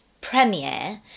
premiere